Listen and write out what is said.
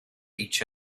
each